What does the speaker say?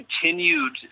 continued